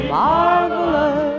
marvelous